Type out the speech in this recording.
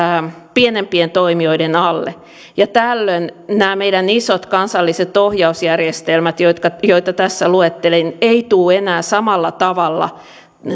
pienempien toimijoiden alle ja tällöin nämä meidän isot kansalliset ohjausjärjestelmät joita tässä luettelin eivät tule enää samalla tavalla